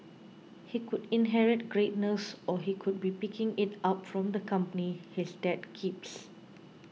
he could inherit greatness or he could be picking it up from the company his dad keeps